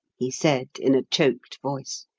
he said in a choked voice.